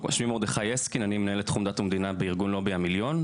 אני מנהל את תחום דת ומדינה בארגון לובי המיליון.